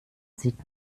sieht